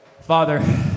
Father